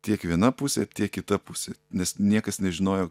tiek viena pusė tiek kita pusė nes niekas nežinojo